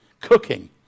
cooking